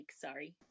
Sorry